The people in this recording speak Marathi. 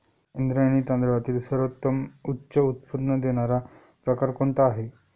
इंद्रायणी तांदळातील सर्वोत्तम उच्च उत्पन्न देणारा प्रकार कोणता आहे?